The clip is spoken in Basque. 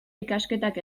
ikasketak